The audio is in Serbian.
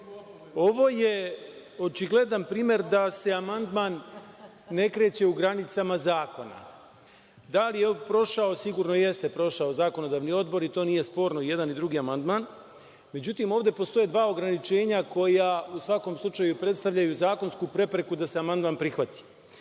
je očigledan primer da se amandman ne kreće u granicama zakona. Da li je on prošao, sigurno jeste prošao Zakonodavni odbor i to nije sporno i jedan i drugi amandman. Međutim, ovde postoje dva ograničenja koja u svakom slučaju predstavljaju zakonsku prepreku da se amandman prihvati.